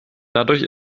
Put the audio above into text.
dadurch